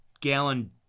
gallon